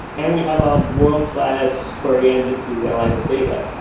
and we have a world class query engine to analyze the data.